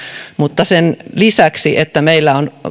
mutta sen lisäksi että meillä on